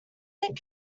did